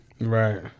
Right